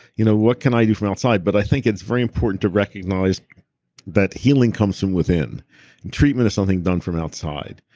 you know what can i do from outside? but i think it's very important to recognize that healing comes from within and treatment is something done from outside.